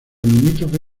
limítrofe